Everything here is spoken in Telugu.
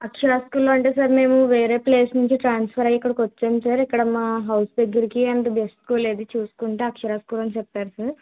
అక్షర స్కూల్ లో అంటే సార్ మేము వేరే ప్లేస్ నుంచి ట్రాన్సఫర్ అయ్యి ఇక్కడికి వచ్చాం సార్ ఇక్కడ మా హౌస్ దగ్గరికి అండ్ బెస్ట్ స్కూల్ ఏది చూసుకుంటే అక్షర స్కూల్ అని చెప్పారు సార్